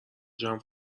جمع